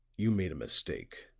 you made a mistake.